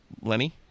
Lenny